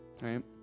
right